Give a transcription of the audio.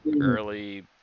early